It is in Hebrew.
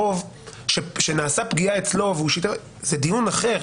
קרוב שנעשתה פגיעה אצלו זה דיון אחר.